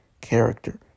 character